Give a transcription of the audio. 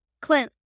Clint